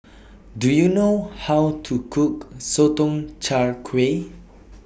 Do YOU know How to Cook Sotong Char Kway